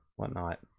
whatnot